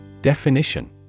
Definition